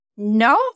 No